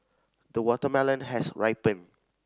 the watermelon has ripened